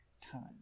time